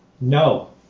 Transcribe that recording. No